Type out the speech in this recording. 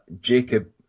Jacob